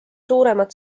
suuremat